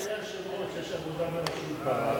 אתה טועה, אדוני היושב-ראש,